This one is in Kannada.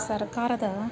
ಸರ್ಕಾರದ